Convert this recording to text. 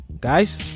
guys